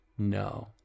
No